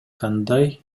кандай